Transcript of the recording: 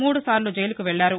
మూడుసార్లు జైలుకు వెళ్ళారు